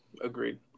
Agreed